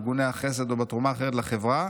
בארגוני החסד או בתרומה אחרת לחברה,